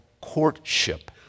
courtship